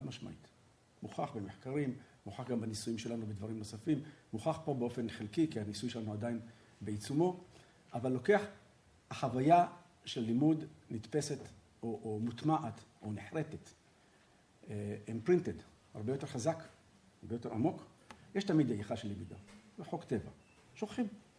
משמעית. מוכח במחקרים, מוכח גם בניסויים שלנו ובדברים נוספים, מוכח פה באופן חלקי כי הניסוי שלנו עדיין בעיצומו, אבל לוקח החוויה של לימוד נתפסת או מוטמעת או נחרטת, imprinted, הרבה יותר חזק, הרבה יותר עמוק. יש תמיד דעיכה של למידה, זה חוק טבע, שוכחים.